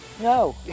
No